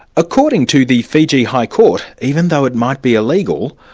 according to the fiji high court, even though it might be illegal,